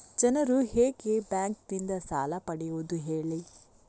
ಜನರು ಹೇಗೆ ಬ್ಯಾಂಕ್ ನಿಂದ ಸಾಲ ಪಡೆಯೋದು ಹೇಳಿ